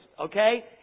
okay